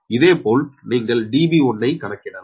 இதேபோல் நீங்கள் Db1 ஐ கணக்கிடலாம்